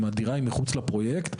אם הדירה היא מחוץ לפרויקט,